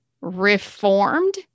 reformed